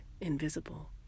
invisible